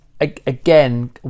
again